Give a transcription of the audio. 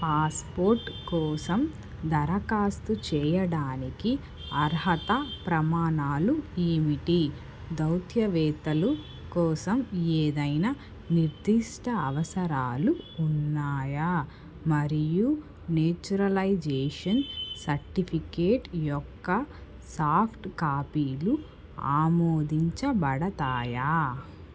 passport కోసం దరఖాస్తు చెయ్యడానికి అర్హత ప్రమాణాలు ఏమిటి దౌత్యవేత్తలు కోసం ఏదైనా నిర్దిష్ట అవసరాలు ఉన్నాయా మరియు నేచురలైజేషన్ సర్టిఫికేట్ యొక్క సాఫ్ట్ కాపీలు ఆమోదించబడతాయా